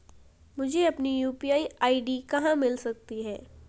मुझे अपनी UPI ID कहां मिल सकती है?